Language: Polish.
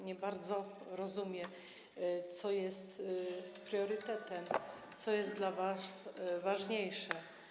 Nie bardzo rozumiem, co jest priorytetem, co jest dla was ważniejsze.